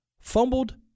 fumbled